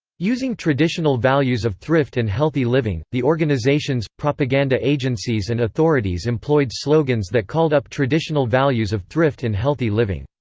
using traditional values of thrift and healthy living, the organizations, propaganda agencies and authorities employed slogans that called up traditional values of thrift and healthy living.